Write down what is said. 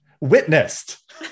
witnessed